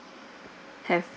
have